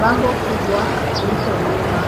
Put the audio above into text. Bango kubwa liko nyuma.